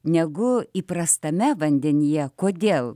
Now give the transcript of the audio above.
negu įprastame vandenyje kodėl